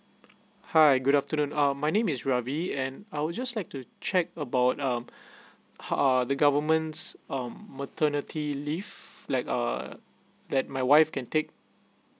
hi good afternoon um my name is ravi and I would just like to check about uh uh the governments um maternity leave like uh that my wife can take